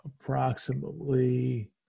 approximately